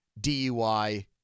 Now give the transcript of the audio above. DUI